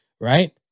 right